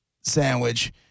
sandwich